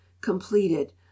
completed